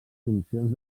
funcions